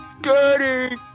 Dirty